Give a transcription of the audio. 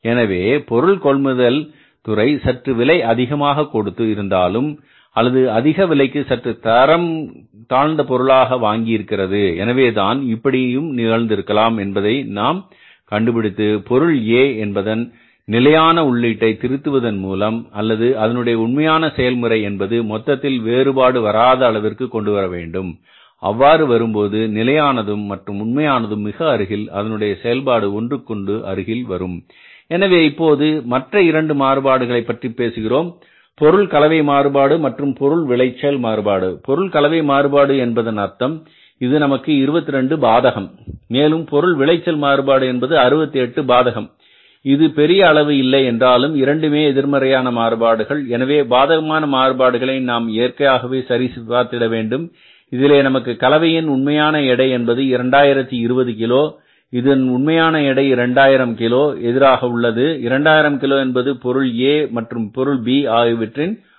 எனவே பொருள் கொள்முதல் துறை சற்று விலை அதிகமாக கொடுத்து இருந்தாலும் அல்லது அதிக விலைக்கு சற்று தரம் தாழ்ந்த பொருளாக வாங்கி இருக்கிறது எனவேதான் இப்படியும் நிகழ்ந்திருக்கலாம் என்பதை நாம் கண்டுபிடித்து பொருள் A என்பதன் நிலையான உள்ளீட்டை திருத்துவதன் மூலமாகவோ அல்லது அதனுடைய உண்மையான செயல்முறை என்பது மொத்தத்தில் வேறுபாடு வராத அளவிற்கு கொண்டு வர வேண்டும் அவ்வாறு வரும்போது நிலையானதும் மற்றும் உண்மையானதும் மிக அருகில் அதனுடைய செயல்பாடு ஒன்றுக்கொன்று அருகில் வரும் எனவே இப்போது மற்ற இரண்டு மாறுபாடுகளை பற்றி பேசப்போகிறோம் பொருள் கலவை மாறுபாடு மற்றும் பொருள் விளைச்சல் மாறுபாடு பொருள் கலவை மாறுபாடு என்பதன் அர்த்தம் இது நமக்கு 22 பாதகம் மேலும் பொருள் விளைச்சல் மாறுபாடு என்பது 68 பாதகம் இது பெரிய அளவு இல்லை என்றாலும் இரண்டுமே எதிர்மறையான மாறுபாடுகள் எனவே பாதகமான மாறுபாடுகளை நாம் இயற்கையாகவே சரி பார்த்திட வேண்டும் இதிலே நமக்கு கலவையின் உண்மையான எடை என்பது 2020 கிலோ இது உண்மையான எடையான 2000 கிலோவுக்கு எதிராக உள்ளது 2000 கிலோ என்பது பொருள் A மற்றும் B ஆகியவற்றின் உள்ளீடு